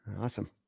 Awesome